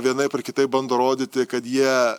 vienaip ar kitaip bando rodyti kad jie